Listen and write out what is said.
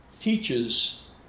teaches